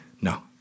No